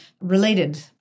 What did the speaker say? related